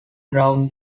around